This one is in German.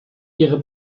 ihre